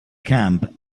camp